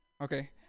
Okay